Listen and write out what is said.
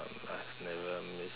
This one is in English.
I've never missed